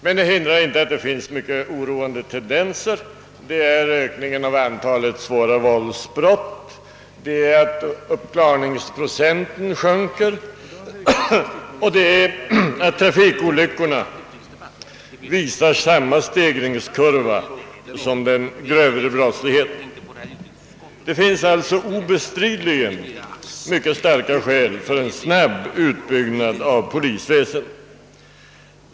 Det betyder emellertid inte att det inte finns mycket oroande tendenser, t.ex. ökningen av antalet svåra våldsbrott, minskningen av uppklaringsprocenten och det förhållandet att trafikolyckorna visar samma stegringskurva som den grövre brottsligheten. Det finns alltså obestridligen mycket starka skäl för en snabb utbyggnad av polisväsendet.